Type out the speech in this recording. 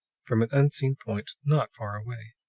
from an unseen point not far away.